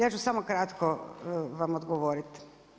Ja ću samo kratko vam odgovoriti.